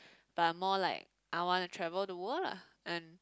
but more like I wanna travel the world lah and